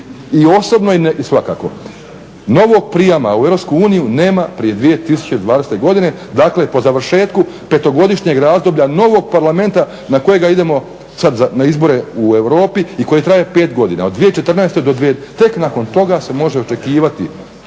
i osobno i svakako. Novog prijama u EU nama prije 2020.godine dakle po završetku petogodišnjeg razdoblja novog parlamenta na kojega idemo sada na izbore u Europi i koje traje pet godina od 2014.do tek nakon toga se može očekivati